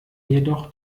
jedoch